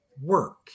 work